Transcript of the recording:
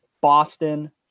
Boston